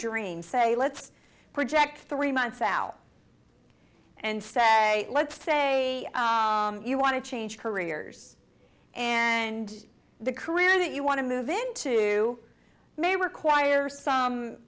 dream say let's project three months out and say let's say you want to change careers and the credit you want to move into may require some